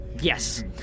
Yes